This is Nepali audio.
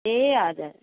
ए हजुर